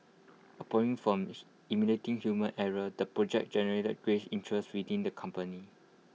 from eliminating human error the project generated great interest within the company